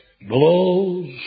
blows